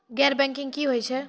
गैर बैंकिंग की होय छै?